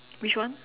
which one